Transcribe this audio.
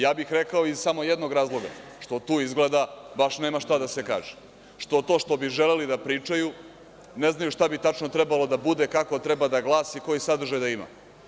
Ja bih rekao iz samo jednog razloga – što tu izgleda baš nema šta da se kaže, što to što bi želeli da pričaju ne znaju šta bi tačno trebalo da bude, kako treba da glasi i koji sadržaj da ima.